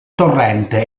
torrente